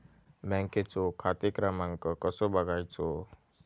बँकेचो खाते क्रमांक कसो बगायचो?